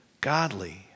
godly